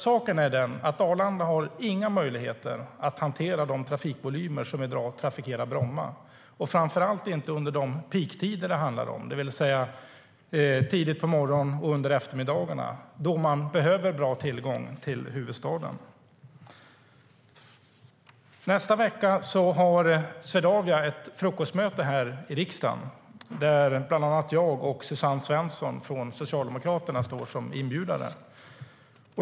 Saken är den att Arlanda inte har några möjligheter att hantera de trafikvolymer som i dag trafikerar Bromma, framför allt inte under de peaktider det handlar om, det vill säga tidigt på morgonen och under eftermiddagarna då man behöver bra tillgång till huvudstaden. Nästa vecka har Swedavia ett frukostmöte här i riksdagen där bland andra jag och Suzanne Svensson från Socialdemokraterna står som inbjudare.